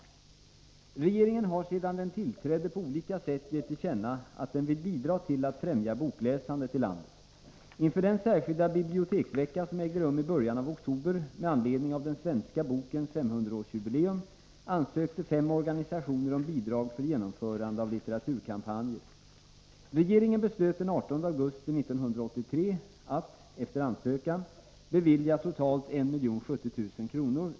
10november 1983 Regeringen har sedan den tillträdde på olika sätt gett till känna att den vill bidra till att fftämja bokläsandet i landet. Inför den särskilda biblioteksvecka Om anslaget till litsom ägde rum i början av oktober med anledning av den svenska bokens teraturfrämjande 500-årsjubileum ansökte fem orgagisationer om bidrag för genomförande av åtgärder litteraturkampanjer. Regeringen beslöt den 18 augusti 1983 att — efter ansökan — bevilja totalt 1 070 000 kr.